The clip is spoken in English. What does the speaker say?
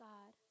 God